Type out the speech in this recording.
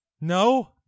No